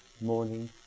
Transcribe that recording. morning